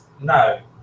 no